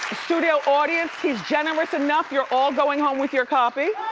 studio audience, he's generous enough. you're all going home with your copy.